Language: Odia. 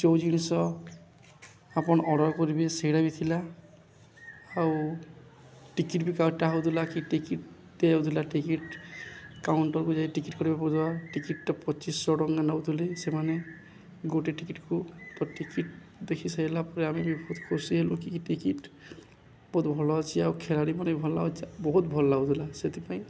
ଯେଉଁ ଜିନିଷ ଆପଣ ଅର୍ଡ଼ର୍ କରିବେ ସେଇଟା ବି ଥିଲା ଆଉ ଟିକେଟ୍ ବି କଟା ହେଉଥିଲା କି ଟିକେଟ୍ ଦିଆ ହେଉଥିଲା ଟିକେଟ୍ କାଉଣ୍ଟର୍କୁ ଯାଇ ଟିକେଟ୍ କରିବାକୁ ଟିକେଟ୍ଟା ପଚିଶ ଶହ ଟଙ୍କା ନେଉଥିଲେ ସେମାନେ ଗୋଟେ ଟିକେଟ୍କୁ ତ ଟିକେଟ୍ ଦେଖି ସାରଲା ପରେ ଆମେ ବି ବହୁତ ଖୁସି ହେଲୁ କି ଟିକେଟ୍ ବହୁତ ଭଲ ଅଛି ଆଉ ଖେଳାଳି ମାନେ ବି ଭଲ ଲାଗୁ ବହୁତ ଭଲ ଲାଗୁଥିଲା ସେଥିପାଇଁ